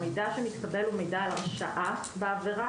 המידע שמתקבל הוא מידע על הרשעה בעבירה,